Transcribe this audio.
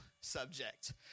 subject